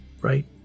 right